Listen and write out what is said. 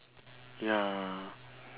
ya